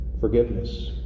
Forgiveness